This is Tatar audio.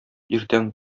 иртән